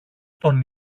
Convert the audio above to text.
τον